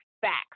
facts